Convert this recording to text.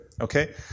Okay